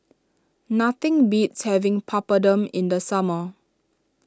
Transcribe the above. nothing beats having Papadum in the summer